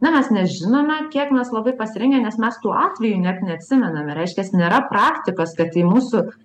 na mes nežinome kiek mes labai pasirengę nes mes tų atvejų net neatsimename reiškias nėra praktikos kad į mūsų